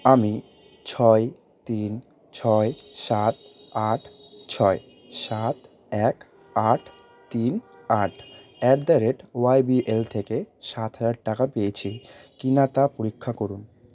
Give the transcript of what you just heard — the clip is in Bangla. আমি ছয় তিন ছয় সাত আট ছয় সাত এক আট তিন আট অ্যাট দ্য রেট ওয়াইবিএল থেকে সাত হাজার টাকা পেয়েছি কি না তা পরীক্ষা করুন